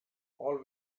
all